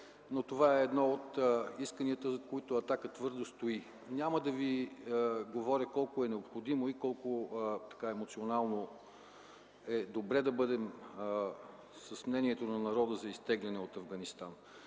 но това е едно от исканията, зад които „Атака” твърдо стои. Няма да ви говоря колко е необходимо и колко е емоционално добре да бъдем с мнението на народа за изтеглянето от Афганистан.